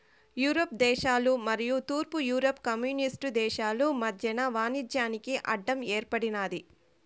Europe దేశాలు మరియు తూర్పు యూరప్ కమ్యూనిస్టు దేశాలు మధ్యన వాణిజ్యానికి అడ్డం ఏర్పడినాది